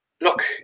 look